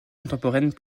contemporaines